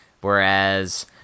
Whereas